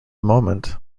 moment